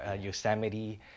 Yosemite